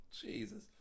Jesus